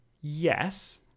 yes